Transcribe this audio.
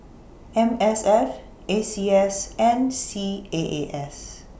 M S F A C S and C A A S